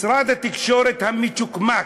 משרד התקשורת המצ'וקמק,